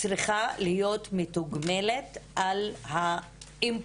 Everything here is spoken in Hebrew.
צריכה להיות מתוגמלת על האינפוט,